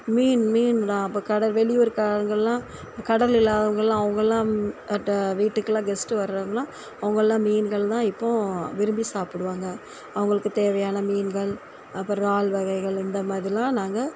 மீன் மீன் நான் அப்போ கடை வெளியூர் காரங்களாம் கடல் இல்லாதவங்களாம் அவங்களாம் ட வீட்டுக்குலாம் கெஸ்ட்டு வரவுங்களாம் அவங்களாம் மீன்கள் தான் இப்போவும் விரும்பி சாப்பிடுவாங்க அவங்களுக்கு தேவையான மீன்கள் அப்புறம் இறால் வகைகள் இந்த மாதிரிலாம் நாங்கள்